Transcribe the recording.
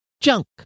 junk